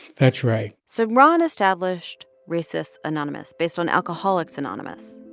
that's right so ron established racists anonymous based on alcoholics anonymous,